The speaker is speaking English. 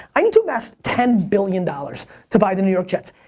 i need to amass ten billion dollars to buy the new york jets.